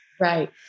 Right